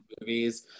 movies